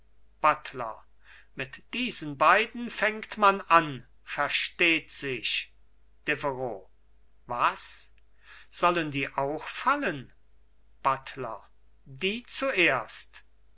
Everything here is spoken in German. buttler mit diesen beiden fängt man an versteht sich deveroux was sollen die auch fallen buttler die zuerst